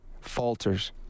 falters